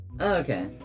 okay